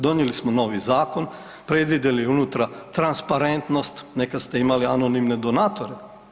Donijeli smo novi zakon, predvidjeli unutra transparentnost, nekad ste imali anonimne donatore.